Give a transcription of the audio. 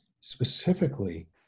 specifically